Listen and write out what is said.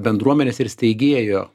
bendruomenės ir steigėjo